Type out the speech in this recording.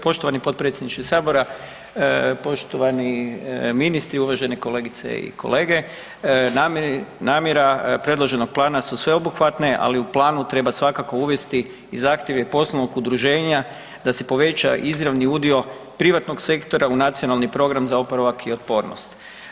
Evo, poštovani potpredsjedniče sabora, poštovani ministri, uvažene kolegice i kolege, namjera predloženog plana su sveobuhvatne ali u planu treba svakako uvesti i zahtjeve poslovnog udruženja da se poveća izravni udio privatnog sektora u Nacionalni program za oporavak i otpornost.